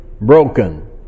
broken